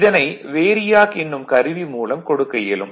இதனை வேரியாக் என்னும் கருவி மூலம் கொடுக்க இயலும்